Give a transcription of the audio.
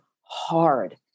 hard